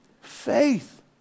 Faith